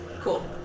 Cool